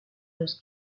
los